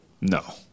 No